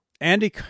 Andy